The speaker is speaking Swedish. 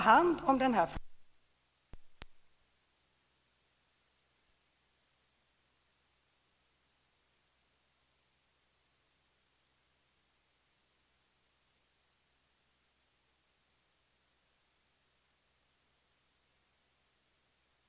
Men för dem som inte kan fullgöra detta eller när föräldrarna inte finns skall staten självklart fullgöra sitt ansvar att ta hand om barnen.